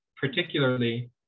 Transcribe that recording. particularly